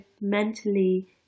mentally